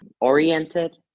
oriented